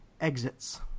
exits